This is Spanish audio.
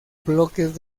bloques